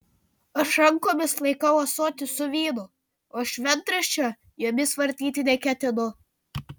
aš rankomis laikau ąsotį su vynu o šventraščio jomis vartyti neketinu